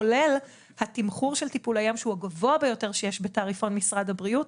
כולל התמחור של טיפול היום שהוא הגבוה ביותר שיש בתעריפון משרד הבריאות,